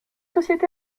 société